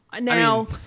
Now